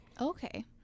okay